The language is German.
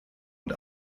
und